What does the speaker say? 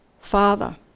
father